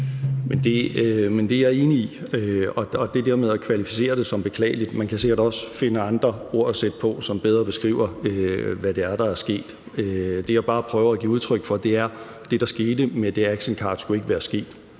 er jeg enig i. Og i forhold til det der med at klassificere det som beklageligt vil jeg sige, at man sikkert også kan finde andre ord at sætte på, som bedre beskriver, hvad det er, der er sket. Det, som jeg bare prøver at give udtryk for, er, at det, der skete med det actioncard, ikke skulle være sket;